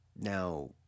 Now